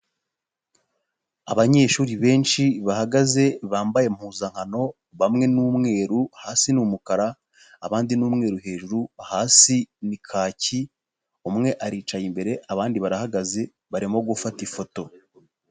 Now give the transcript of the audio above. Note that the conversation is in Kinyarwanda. Abanyeshuri benshi bahagaze bambaye impuzankano bamwe ni umweru hasi ni umukara, abandi n'umweru hasi ni kaki, umwe aricaye imbere, abandi barahagaze barimo gufata ifoto.